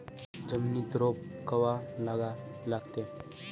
जमिनीत रोप कवा लागा लागते?